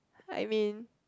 I mean